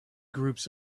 groups